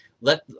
let